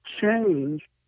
change